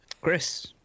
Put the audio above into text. Chris